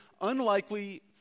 unlikely